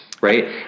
Right